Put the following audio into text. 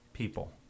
People